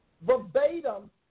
verbatim